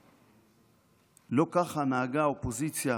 אבל לא ככה נהגה האופוזיציה